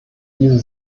dieser